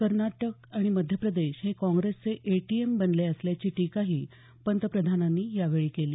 कर्नाटक आणि मध्य प्रदेश हे काँग्रेसचे एटीएम बनले असल्याची टीकाही पंतप्रधानांनी यावेळी केली